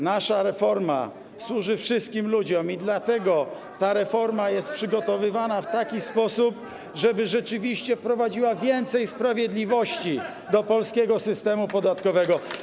Nasza reforma służy wszystkim ludziom, dlatego ta reforma jest przygotowywana w taki sposób, żeby rzeczywiście wprowadziła więcej sprawiedliwości do polskiego systemu podatkowego.